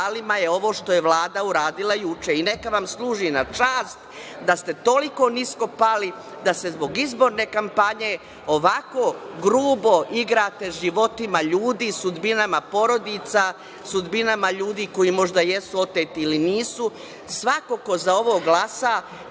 ovo što je Vlada uradila juče. I neka vam služi na čast da ste toliko nisko pali da se zbog izborne kampanje ovako grubo igrate životima ljudi, sudbinama porodica, sudbinama ljudi koji možda jesu oteti ili nisu. Svako ko za ovo glasa